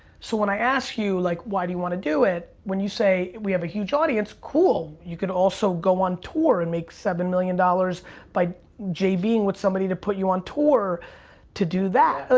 so when i ask you, like, why do you wanna do it? when you say, we have a huge audience, cool you can also go on tour and make seven million dollars by jv'ing with somebody to put you on tour to do that,